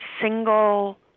single